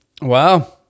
Wow